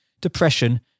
depression